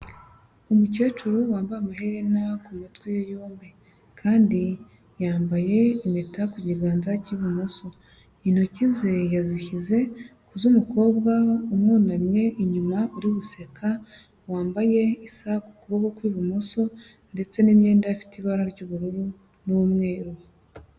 Umukecuru wambaye amaherena ku matwi yombi kandi yambaye impeta ku kiganza cy'ibumoso, intoki ze yazishyize ku z'umukobwa umwunamye inyuma uri guseka, wambaye isaha ku kuboko kw'ibumoso ndetse n'imyenda ifite ibara ry'ubururu n'umweru.